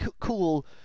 cool